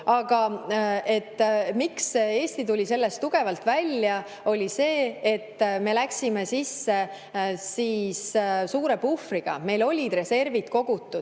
Aga miks Eesti tuli sellest tugevalt välja, oli see, et me läksime sisse suure puhvriga, meil olid reservid kogutud